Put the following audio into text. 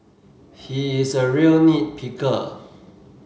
he is a real nit picker